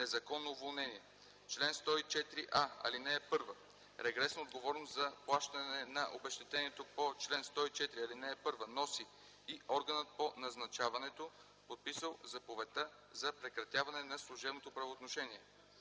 незаконно уволнение Чл. 104а. (1) Регресна отговорност за плащане на обезщетението по чл. 104, ал. 1 носи и органът по назначаването, подписал заповедта за прекратяване на служебното правоотношение.